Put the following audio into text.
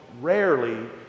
rarely